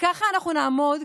וכך אנחנו נעמוד,